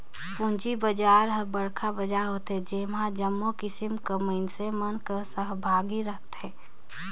पूंजी बजार हर बड़खा बजार होथे ओम्हां जम्मो किसिम कर मइनसे मन कर सहभागिता रहथे